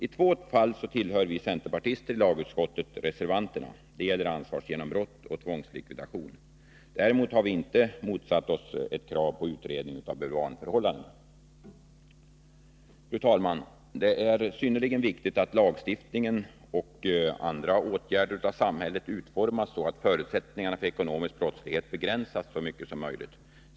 I två fall tillhör vi centerpartister i lagutskottet reservanterna. Det gäller frågorna om ansvarsgenombrott och tvångslikvidation. Däremot har vi inte motsatt oss kravet på utredning av bulvanförhållanden. Fru talman! Det är synnerligen viktigt att lagstiftningen och andra åtgärder av samhället utformas så, att förutsättningarna för ekonomisk brottslighet så mycket som möjligt begränsas.